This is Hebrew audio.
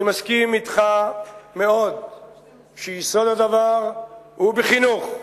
אני מסכים אתך מאוד שיסוד הדבר הוא בחינוך.